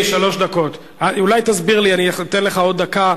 הצעות לסדר-היום מס' 5736,